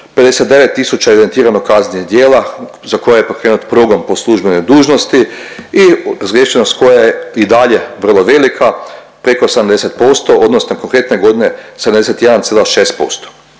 tisuća evidentirano kaznenih djela za koje je pokrenut progon po službenoj dužnosti i zgriješenost koja je i dalje vrlo velika preko 70% odnosno konkretne godine 71,6%.